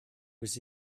was